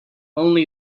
only